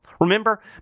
Remember